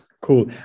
cool